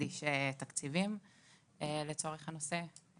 להקדיש תקציבים לצורך הנושא.